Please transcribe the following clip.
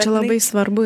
čia labai svarbu